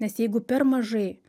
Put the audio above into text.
nes jeigu per mažai